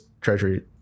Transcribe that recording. treasury